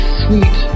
sweet